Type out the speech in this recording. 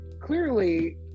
clearly